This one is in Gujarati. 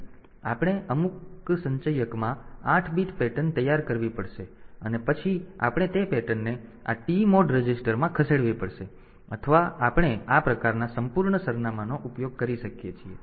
તેથી આપણે અમુક સંચયકમાં 8 બીટ પેટર્ન તૈયાર કરવી પડશે અને પછી આપણે તે પેટર્નને આ TMOD રજિસ્ટરમાં ખસેડવી પડશે અથવા આપણે આ પ્રકારના સંપૂર્ણ સરનામાંનો ઉપયોગ કરી શકીએ છીએ